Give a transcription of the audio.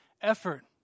effort